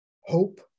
hope